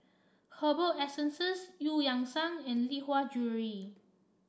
Herbal Essences Eu Yan Sang and Lee Hwa Jewellery